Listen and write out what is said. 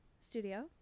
Studio